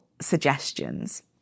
suggestions